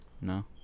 No